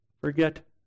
forget